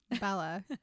Bella